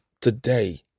today